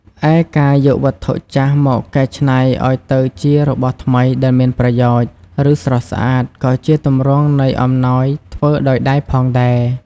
ឯការយកវត្ថុចាស់មកកែច្នៃឲ្យទៅជារបស់ថ្មីដែលមានប្រយោជន៍ ឬស្រស់ស្អាត ក៏ជាទម្រង់នៃអំណោយធ្វើដោយដៃផងដែរ។